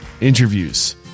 interviews